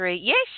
yes